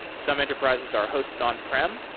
some enterprises are hosted on-prem.